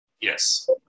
yes